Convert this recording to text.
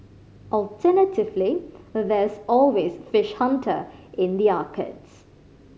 alternatively there's always Fish Hunter in the arcades